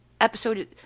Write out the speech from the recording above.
episode